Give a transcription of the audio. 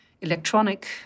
electronic